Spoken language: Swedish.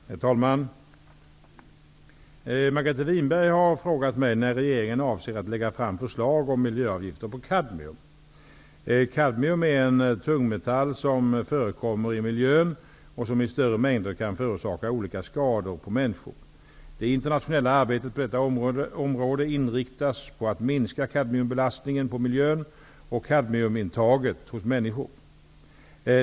Herr talman! Margareta Winberg har frågat mig när regeringen avser att lägga fram förslag om miljöavgifter på kadmium. Kadmium är en tungmetall som förekommer i miljön och som i större mängder kan förorsaka olika skador på människor. Det internationella arbetet på detta område inriktas på att minska kadmiumbelastningen på miljön och kadmiumintaget hos människor.